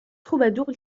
troubadour